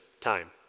time